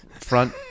front